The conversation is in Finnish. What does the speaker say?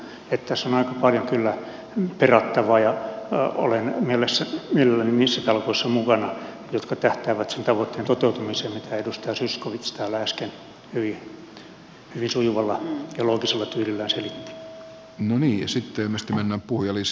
niin että tässä on aika paljon kyllä perattavaa ja olen mielelläni niissä talkoissa mukana jotka tähtäävät sen tavoitteen toteutumiseen mitä edustaja zyskowicz täällä äsken hyvin sujuvalla ja loogisella tyylillään selitti